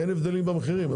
אין הבדלים במחירים.